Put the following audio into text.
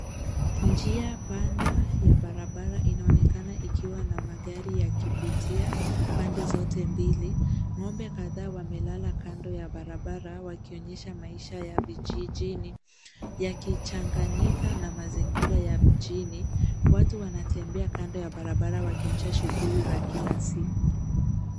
Njia panda ya barabara inaonekana ikiwa na magari yakipitia pande zote mbili.Ng'ombe kadhaa wamelala kando ya barabara yakionyesha maisha ya vijijini yakochanganyika na mazingira ya mjini. Watu wanatembea kando ya barabara wakionyesha shughuli za kila siku.